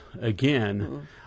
again